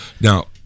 Now